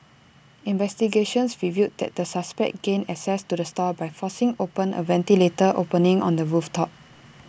investigations revealed that the suspects gained access to the stall by forcing open A ventilator opening on the roof top